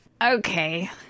Okay